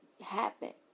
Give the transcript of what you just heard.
happen